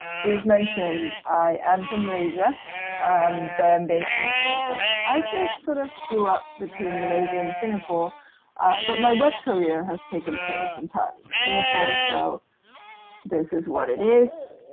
bruce mentioned, i am from malaysia and i'm based in singapore. i actually sort of grew up between malaysia and singapore but my web career has taken place entirely in singapore. so this is what it is,